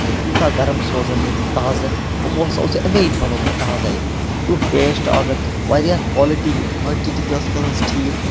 یوٗتاہ گرم سوزَن یِم تازٕ یِمو ہَسا اوس یہِ اَمے وِز بَنوومُت تازَے تیُتھ ٹیسٹ آو مےٚ تہٕ واریاہ کالٹی کانٹِٹی تہِ ٲس تِہٕنٛز ٹھیٖک